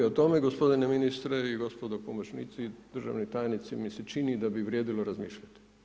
Ali o tome gospodine ministre i gospodo pomoćnici, državni tajnici mi se čini da bi vrijedilo razmišljati.